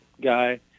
guy